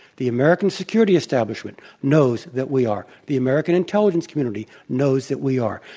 the american security establishment knows that we are. the american intelligence community knows that we are.